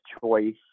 choice